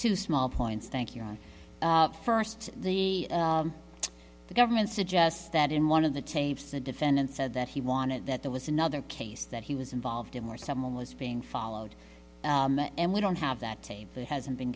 two small points thank you ron first the government suggests that in one of the tapes the defendant said that he wanted that there was another case that he was involved in where someone was being followed and we don't have that tape that hasn't been